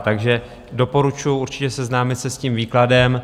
Takže doporučuji určitě seznámit se s tím výkladem.